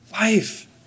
life